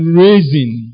raising